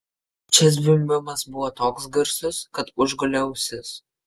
čia zvimbimas buvo toks garsus kad užgulė ausis